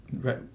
Right